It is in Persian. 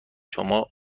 شما